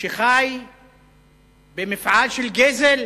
שחי במפעל של גזל,